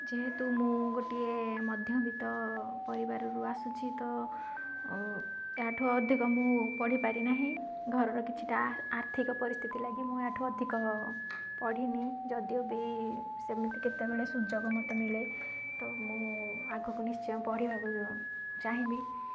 ଯେହେତୁ ମୁଁ ଗୋଟିଏ ମଧ୍ୟବିତ୍ତ ପରିବାରରୁ ଆସୁଛି ତ ୟାଠୁ ଅଧିକ ମୁଁ ପଢ଼ିପାରିନାହିଁ ଘରର କିଛିଟା ଆର୍ଥିକ ପରିସ୍ଥିତି ଲାଗି ମୁଁ ୟାଠୁ ଅଧିକ ପଢ଼ିନି ଯଦିଓ ବି ସେମିତି କେତେବେଳେ ସୁଯୋଗ ମୋତେ ମିଳେ ତ ମୁଁ ଆଗକୁ ନିଶ୍ଚୟ ପଢ଼ିବାକୁ ଚାହିଁବି